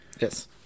Yes